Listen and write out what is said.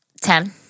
Ten